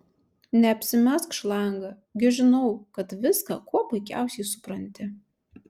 neapsimesk šlanga gi žinau kad viską kuo puikiausiai supranti